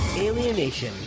Alienation